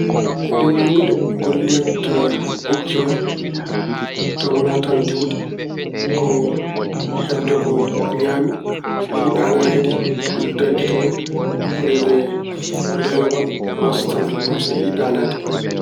Liwliwde gollirta bibje mun taw wonaa tan diwde ko heɓde ko ñaami. So yiɗii ɗanaade kadi udda gite mun mbele leelewal waasa tampinde ɗum so yiɗi ɗanaade.